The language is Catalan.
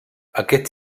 aquest